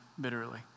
bitterly